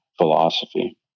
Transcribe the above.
philosophy